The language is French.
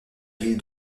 ville